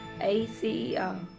acer